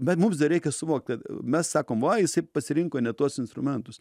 bet mums dar reikia suvokt kad mes sakom va jisai pasirinko ne tuos instrumentus